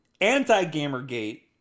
Anti-gamer-gate